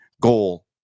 goal